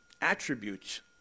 attributes